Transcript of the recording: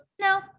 no